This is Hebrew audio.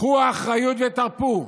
קחו אחריות ותרפו,